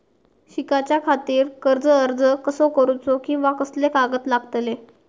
शिकाच्याखाती कर्ज अर्ज कसो करुचो कीवा कसले कागद लागतले?